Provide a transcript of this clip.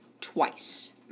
twice